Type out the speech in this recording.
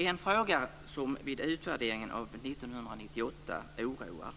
En fråga som vid utvärderingen av 1998 oroar